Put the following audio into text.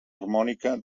harmònica